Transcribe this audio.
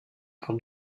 par